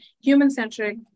human-centric